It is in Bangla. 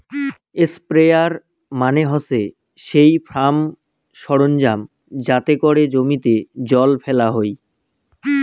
স্প্রেয়ার মানে হসে সেই ফার্ম সরঞ্জাম যাতে করে জমিতে জল ফেলা হই